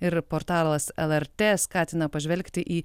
ir portalas lrt skatina pažvelgti į